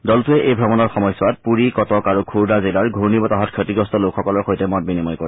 দলটোৱে এই ভ্ৰমণৰ সময়ছোৱাত পুৰি কটক আৰু খুৰদা জিলাৰ ঘূৰ্ণী বতাহত ক্ষতিগ্ৰস্ত লোকসকলৰ সৈতে মত বিনিময় কৰে